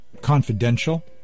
confidential